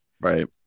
right